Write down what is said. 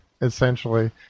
essentially